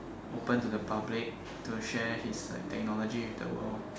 open to the public to share his like technology with the world